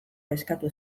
eskatu